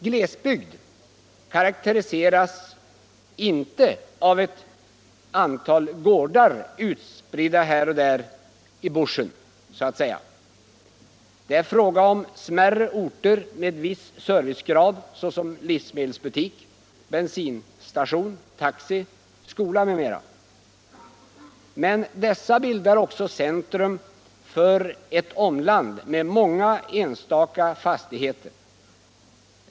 Glesbygd karakteriseras inte av ett antal gårdar, utspridda här och där —- i bushen, så att säga! Det är fråga om smärre orter med viss servicegrad, såsom livsmedelsbutik, bensinstation, taxi och skola. Men dess orter bildar också centrum för ett omland med många enskilda fastigheter.